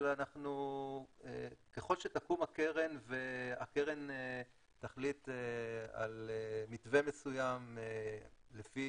אבל ככל שתקום הקרן והקרן תחליט על מתווה מסוים לפי